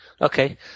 Okay